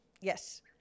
yes